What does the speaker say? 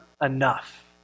enough